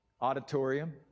auditorium